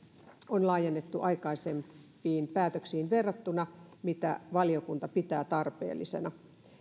on laajennettu aikaisempiin päätöksiin verrattuna mitä valiokunta pitää tarpeellisena